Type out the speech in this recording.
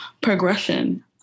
Progression